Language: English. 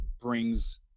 brings